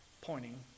pointing